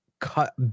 cut